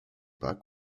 pas